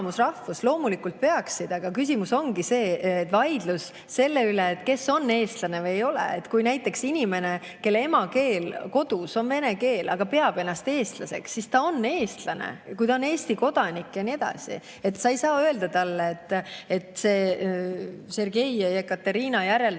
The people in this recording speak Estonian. loomulikult peaksid. Aga küsimus ongi ka vaidluses selle üle, kes on eestlane ja kes ei ole. Kui inimene, kelle emakeel kodus on vene keel, peab ennast eestlaseks, siis ta on eestlane, kui ta on Eesti kodanik ja nii edasi. Sa ei saa öelda, et see Sergei ja Jekaterina